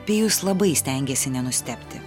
pijus labai stengėsi nenustebti